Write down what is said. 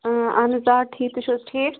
اۭں اہن حظ آ ٹھیٖک تُہۍ چھُو حظ ٹھیٖک